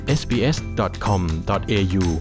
sbs.com.au